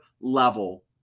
level